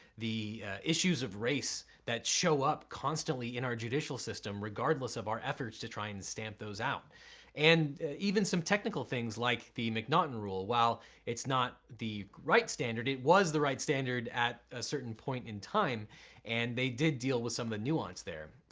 the issues of race that show up constantly in our judicial system, regardless of our efforts to try and stamp those outs and even some technical things like the m'naughten rule, while its not the right standard, it was the right standard at a certain point in time and they did deal with some of the nuance there.